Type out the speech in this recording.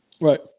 right